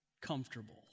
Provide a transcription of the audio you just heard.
comfortable